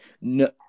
no